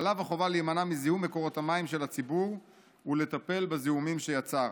ועליו החובה להימנע מזיהום מקורות המים של הציבור ולטפל בזיהומים שיצר.